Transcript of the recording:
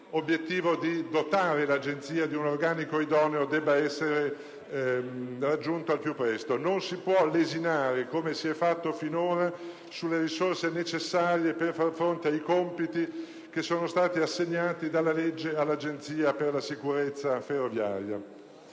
obiettivo di dotare l'Agenzia di un organico idoneo sia raggiunto al più presto. Non si può lesinare, come si è fatto finora, sulle risorse necessarie per far fronte ai compiti che sono stati assegnati dalla legge all'Agenzia per la sicurezza ferroviaria.